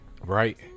Right